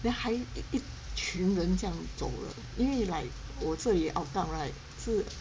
then 还一群人这样走了因为 like 我这里 hougang right 是